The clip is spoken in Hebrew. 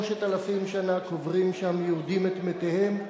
3,000 שנה קוברים שם יהודים את מתיהם,